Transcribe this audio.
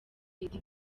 eddy